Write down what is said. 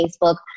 Facebook